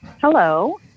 Hello